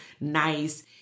nice